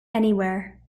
anywhere